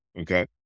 Okay